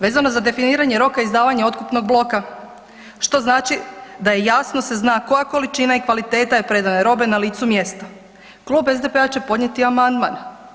Vezano za definiranje roka izdavanje otkupnog bloka, što znači da se jasno zna koja količina i kvaliteta je predane robe na licu mjesta, Klub SDP-a će podnijeti amandman.